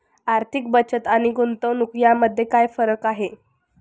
आर्थिक बचत आणि गुंतवणूक यामध्ये काय फरक आहे?